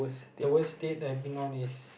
the worst date that I have been on is